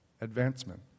advancement